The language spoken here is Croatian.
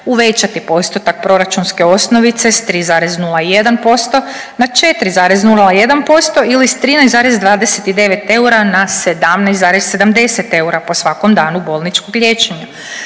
uvećati postotak proračunske osnovice s 3,01% na 4,01% ili sa 13,29 eura na 17,70 eura po svakom danu bolničkog liječenja.